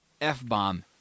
f-bomb